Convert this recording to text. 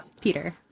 Peter